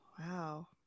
Wow